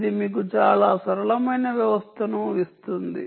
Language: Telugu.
ఇది మీకు చాలా సరళమైన వ్యవస్థను ఇస్తుంది